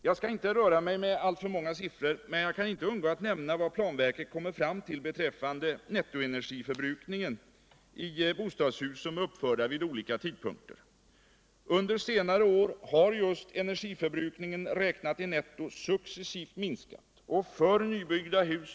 Jag skall inte röra mig med alltför många siffror, men jag kan inte undgå att nämna vad planverket kommer fram till beträffande nettoenergiförbrukningen i bostadshus som är uppförda vid olika tidpunkter. Under senare år har just energiförbrukningen, netto räknat, successivt minskat, och för nybyggda hus.